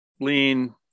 lean